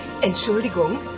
Entschuldigung